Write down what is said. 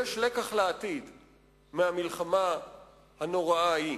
יש לקח לעתיד מהמלחמה הנוראה ההיא: